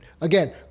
Again